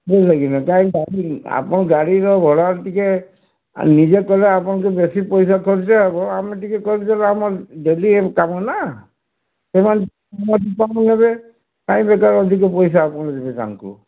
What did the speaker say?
ବୁଝିଲକିନା କାଇଁନା ଆପଣ ଗାଡ଼ିର ଭଡ଼ା ଟିକେ ନିଜେ କଲେ ଆପଣଙ୍କୁ ବେଶୀ ପଇସା ଖର୍ଚ୍ଚ ହବ ଆମେ ଟିକେ କରିଦେଲେ ଆମର ଡେଲି କାମ ନା ସେମାନେ କାମ ନେବେ କାଇଁ ବେକାର ଅଧିକ ପଇସା ଆପଣ ଦେବେ ତାଙ୍କୁ